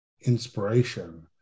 inspiration